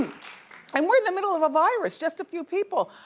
and we're in the middle of a virus, just a few people.